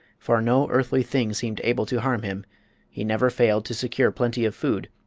for no earthly thing seemed able to harm him he never failed to secure plenty of food,